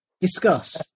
Discuss